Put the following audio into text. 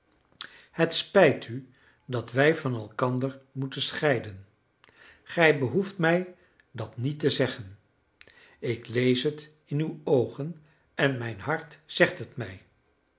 het spijt u dat wij van elkander moeten scheiden gij behoeft mij dat niet te zeggen ik lees het in uw oogen en mijn hart zegt het mij